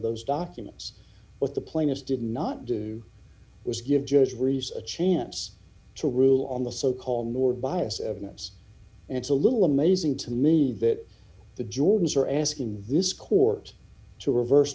those documents with the plaintiffs did not do was give judge rees a chance to rule on the so called more biased evidence and it's a little amazing to me that the georgians are asking this court to reverse